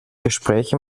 gespräche